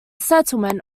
settlement